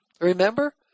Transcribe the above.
Remember